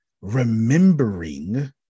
remembering